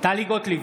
טלי גוטליב,